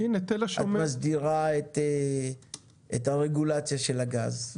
את מסדירה את הרגולציה של הגז,